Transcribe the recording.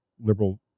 liberal